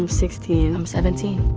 i'm sixteen. i'm seventeen.